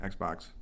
Xbox